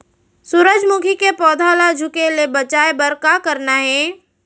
सूरजमुखी के पौधा ला झुके ले बचाए बर का करना हे?